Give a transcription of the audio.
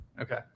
okay